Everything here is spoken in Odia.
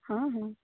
ହଁ ହଁ